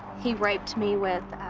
he raped me with